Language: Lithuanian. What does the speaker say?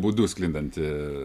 būdu sklindanti